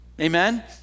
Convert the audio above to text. amen